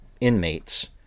inmates